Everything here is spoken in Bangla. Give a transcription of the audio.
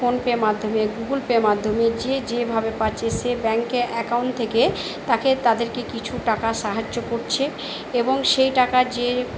ফোনপে মাধ্যমে গুগুল পে মাধ্যমে যে যেভাবে পারছে সে ব্যাঙ্কে অ্যাকাউন্ট থেকে তাকে তাদেরকে কিছু টাকা সাহায্য করছে এবং সেই টাকা যে